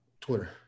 Twitter